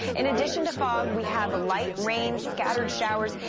in addition to fog, we have light rain, scattered showers.